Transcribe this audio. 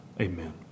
Amen